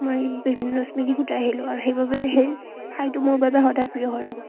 মই বিভিন্ন স্মৃতি গোটাই আহিলোঁ আৰু সেইবাবে সেই ঠাইটো মোৰ বাবে সদায় প্ৰিয় হৈ ৰ'ব